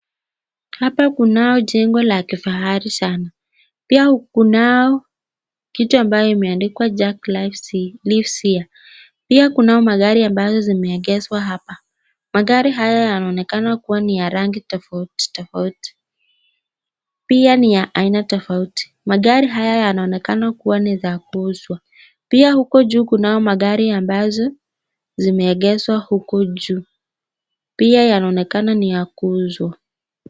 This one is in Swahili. Hapa kunao jengo la kifahari sana, pia kunao picha ambayo imeandikwa jacks lives here . Pia kunayo magari yameegezwa hapa. Magari haya yanaonekana kuwa ni ya rangi tofauti tofauti, pia ni ya aina tofauti tofauti. Magari haya yanaonekana ni ya kuuzwa. Pia magari yameegezwa huku juu, pia yanaonekana ni ya kuuzwa.